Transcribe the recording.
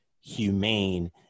humane